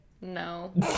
No